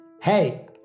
Hey